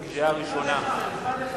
קריאה ראשונה.